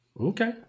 Okay